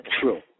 True